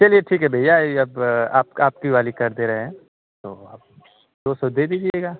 चलिए ठीक है भैया ये अब आप आपकी वाली कर दे रहे हैं तो आप दो सौ दे दीजिएगा